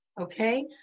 Okay